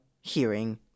hearing